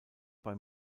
bei